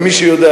מי שיודע,